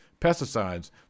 Pesticides